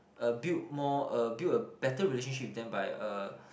uh build more uh build a better relationship with them by uh